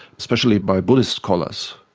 especially by buddhist scholars.